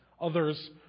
others